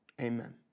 Amen